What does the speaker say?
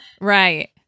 right